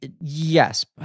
Yes